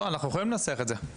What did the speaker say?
אנחנו יכולים לנסח את זה.